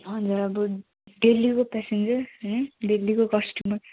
हजुर अब डेलीको पेसेन्जर है डेलीको कस्टमर